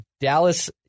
Dallas